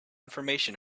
information